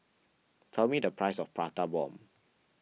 tell me the price of Prata Bomb